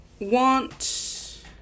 want